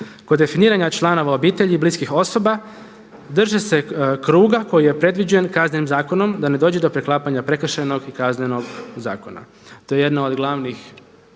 Kod definiranja članova obitelji i bliskih osoba, drže se kruga koji je predviđen Kaznenim zakonom da ne dođe do preklapanja Prekršajnog i Kaznenog zakona. To je jedno od glavnih,